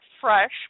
fresh